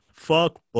fuck